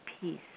peace